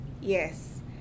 yes